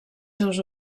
seus